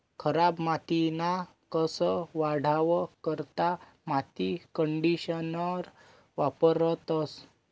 खराब मातीना कस वाढावा करता माती कंडीशनर वापरतंस